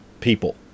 people